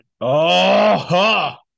Oh-ha